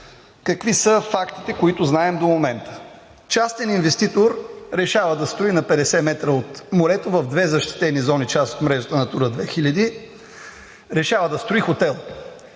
Какви са фактите, които знаем до момента? Частен инвеститор решава да строи на 50 м от морето в две защитени зони, част от мрежата „Натура 2000“, решава да строи хотел,